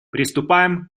приступаем